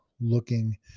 looking